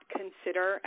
consider